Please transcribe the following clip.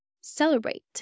celebrate